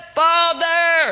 father